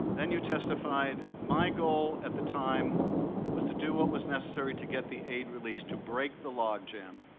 then you testified, my goal at the time was to do what was necessary to get the aid released, to break the logjam.